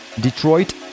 Detroit